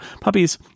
puppies